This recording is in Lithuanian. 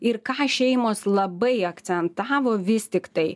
ir ką šeimos labai akcentavo vis tiktai